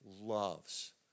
loves